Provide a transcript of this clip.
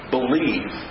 Believe